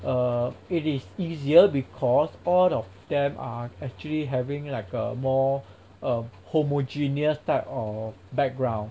err it is easier because all of them are actually having like a more err homogeneous type of background